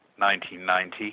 1990